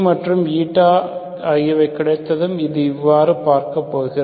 மற்றும் ஆகியவை கிடைத்தும் இது எவ்வாறு என்று பார்க்கப் போகிறோம்